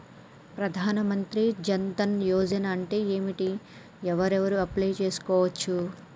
ప్రధాన మంత్రి జన్ ధన్ యోజన అంటే ఏంటిది? ఎవరెవరు అప్లయ్ చేస్కోవచ్చు?